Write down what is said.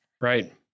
Right